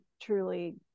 truly